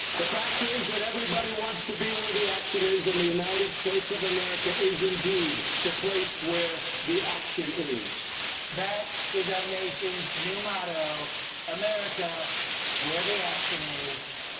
the fact is that everybody wants to be where the action is and the united states of america is indeed the place where the action is. stephen that is our nation's new motto america where the action is,